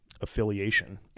affiliation